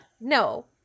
no